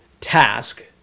task